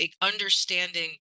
understanding